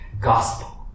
gospel